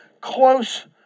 close